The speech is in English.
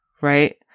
right